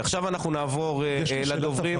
נעבור עכשיו לדוברים.